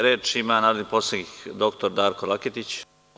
Reč ima narodni poslanik dr Darko Laketić.